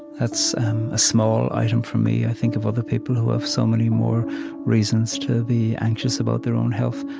that's a small item for me. i think of other people who have so many more reasons to be anxious about their own health,